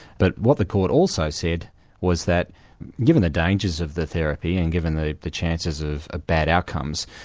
but what the court also said was that given the dangers of the therapy and given the the chances of bad outcomes,